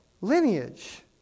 lineage